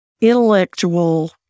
intellectual